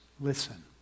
Listen